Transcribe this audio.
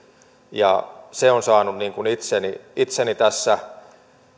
se on saanut itseni itseni tässä